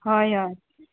हय हय